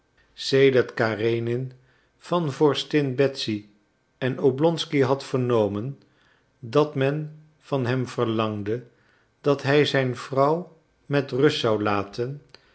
xxxiv sedert karenin van vorstin betsy en oblonsky had vernomen dat men van hem verlangde dat hij zijn vrouw met rust zou laten